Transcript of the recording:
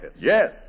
Yes